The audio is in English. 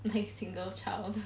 like single child